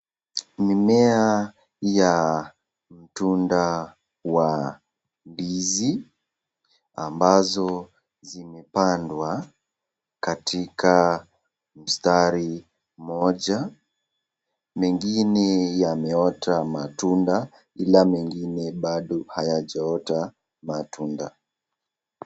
Mimea ya tunda wa ndizi ambazo zimepandwa katika mstari moja, mengine yameota matunda ila mengine bado hayajaota matunda.